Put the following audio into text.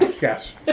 Yes